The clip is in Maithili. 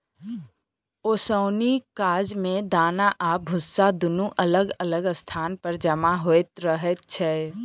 ओसौनीक काज मे दाना आ भुस्सा दुनू अलग अलग स्थान पर जमा होइत रहैत छै